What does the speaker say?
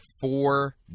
four